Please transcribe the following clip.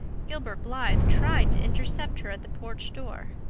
gilbert blythe tried to intercept her at the porch door.